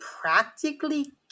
practically